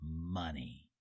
money